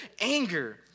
anger